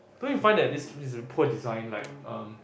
don't you find that this this a poor design like erm